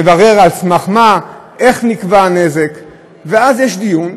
מברר על סמך מה, איך נקבע הנזק, ואז יש דיון.